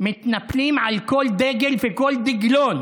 מתנפלים על כל דגל וכל דגלון,